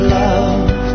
love